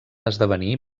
esdevenir